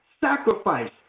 sacrifice